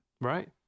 Right